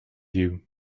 you